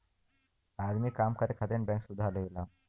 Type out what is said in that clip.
आदमी काम करे खातिर बैंक से उधार लेवला